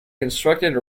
constructed